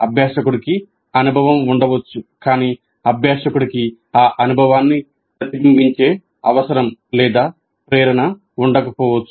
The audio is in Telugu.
అభ్యాసకుడికి అనుభవం ఉండవచ్చు కానీ అభ్యాసకుడికి ఆ అనుభవాన్ని ప్రతిబింబించే అవసరం లేదా ప్రేరణ ఉండకపోవచ్చు